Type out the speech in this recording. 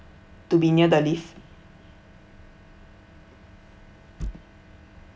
to be near the lift